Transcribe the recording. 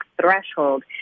threshold